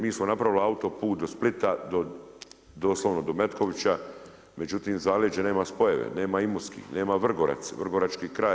Mi smo napravili autoput do Splita, doslovno do Metkovića, međutim zaleđe nema spojeve, nema Imotski, nema Vrgorac, vrgorački kraj.